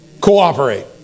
cooperate